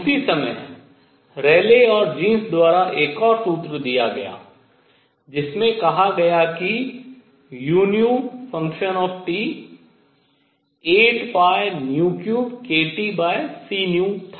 उसी समय रेले और जीन्स द्वारा एक और सूत्र दिया गया जिसमें कहा गया कि u 83kTc3 था